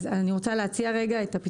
אני רוצה להציע את הפתרון.